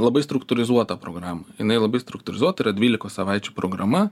labai struktūrizuotą programą jinai labai struktūrizuota tai yra dvylikos savaičių programa